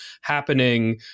happening